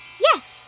Yes